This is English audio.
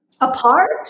Apart